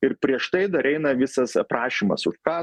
ir prieš tai dar eina visas aprašymas už ką